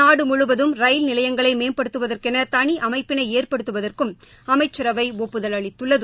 நாடு முழுவதும் ரயில் நிலையங்களை மேம்படுத்துவதற்கென தனி அமைப்பினை ஏற்படுத்துவதற்கும் அமைச்சரவை ஒப்புதல் அளித்துள்ளது